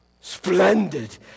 splendid